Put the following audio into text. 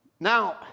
Now